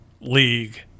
league